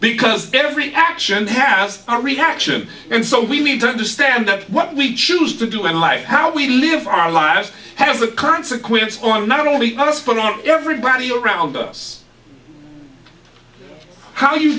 because every action has a reaction and so we need to understand that what we choose to do in life how we live our lives has a consequence on not only us but on everybody around us how you